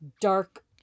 dark